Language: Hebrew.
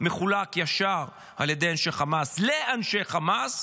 מחולק ישר על ידי אנשי חמאס לאנשי חמאס.